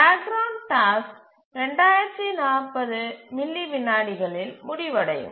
back ground task 2040 milli விநாடிகளில் முடிவடையும்